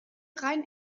rein